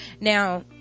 Now